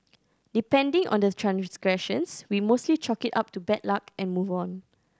depending on the transgressions we mostly chalk it up to bad luck and move on